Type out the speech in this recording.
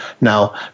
Now